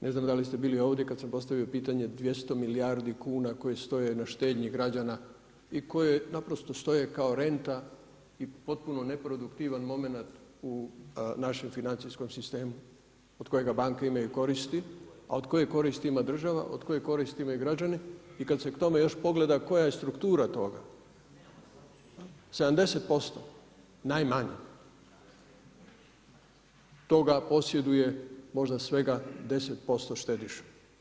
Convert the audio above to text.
Ne znam da li ste bili ovdje kad sam postavio pitanje 200 milijardi kuna koje stoji na štednji građana i koje naprosto stoje kao renta i potpuno neproduktivan momenata u našem financijskom sistemu od kojega banke imaju koristi a od koje koristi ima država, od koje koristi imaju građani i kad se k tome još pogleda koja je struktura toga, 70% najmanje toga posjeduje možda svega 10% štediše.